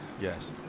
yes